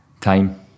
time